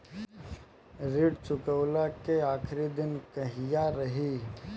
ऋण चुकव्ला के आखिरी दिन कहिया रही?